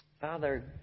Father